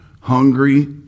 hungry